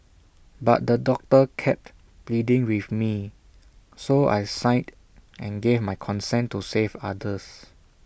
but the doctor kept pleading with me so I signed and gave my consent to save others